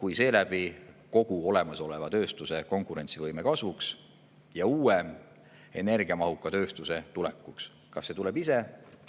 ka seeläbi kogu olemasoleva tööstuse konkurentsivõime kasvuks ja uue energiamahuka tööstuse tulekuks. Kas see tuleb ise?